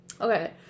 Okay